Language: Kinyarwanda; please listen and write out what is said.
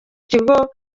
kigo